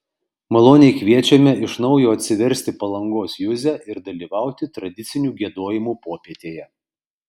maloniai kviečiame iš naujo atsiversti palangos juzę ir dalyvauti tradicinių giedojimų popietėje